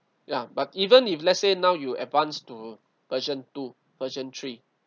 ya but even if let's say now you advance to version two version three